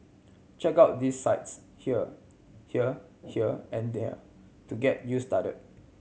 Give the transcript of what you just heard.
check out these sites here here here and there to get you started